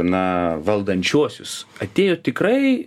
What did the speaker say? na valdančiuosius atėjo tikrai